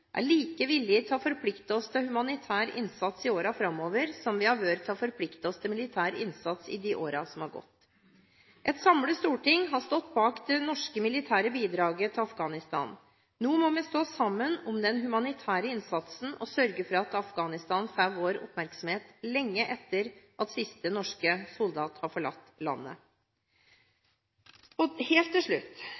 er like villige til å forplikte oss til humanitær innsats i årene framover som vi har vært til å forplikte oss til militær innsats i de årene som har gått. Et samlet storting har stått bak det norske militære bidraget til Afghanistan. Nå må vi stå sammen om den humanitære innsatsen og sørge for at Afghanistan får vår oppmerksomhet lenge etter at siste norske soldat har forlatt landet.»